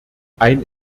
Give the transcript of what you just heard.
ein